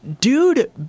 dude